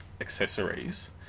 accessories